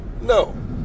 No